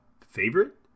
favorite